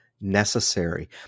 necessary